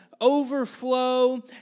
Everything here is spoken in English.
overflow